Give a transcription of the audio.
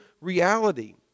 reality